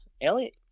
Elliot